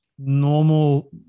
normal